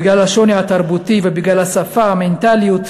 בגלל השוני התרבותי ובגלל השפה והמנטליות.